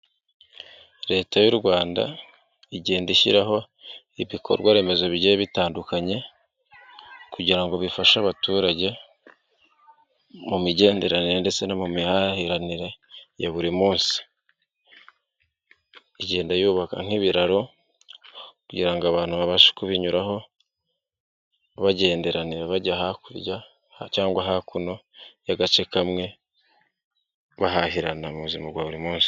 Leta y'u Rwanda igenda ishyiraho ibikorwaremezo bigiye bitandukanye kugira ngo bifashe abaturage mu migenderanire ndetse no mu mihahiranire ya buri munsi, jyenda yubaka nk'ibiraro kujyirango abantu babashe kubinyuraho bagenderanira bajya hakurya cyangwa hakuno y'agace kamwe bahahirana mu buzima bwa buri munsi.